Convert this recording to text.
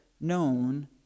known